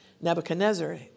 Nebuchadnezzar